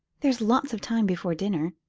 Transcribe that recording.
there's lots of time before dinner.